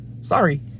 sorry